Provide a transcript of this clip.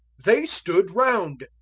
they stood round.